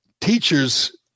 teachers